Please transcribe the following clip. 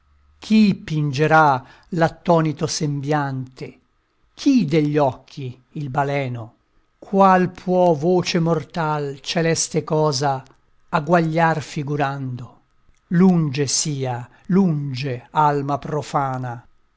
chi pingerà l'attonito sembiante chi degli occhi il baleno qual può voce mortal celeste cosa agguagliar figurando lunge sia lunge alma profana